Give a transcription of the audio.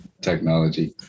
technology